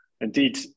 Indeed